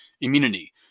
immunity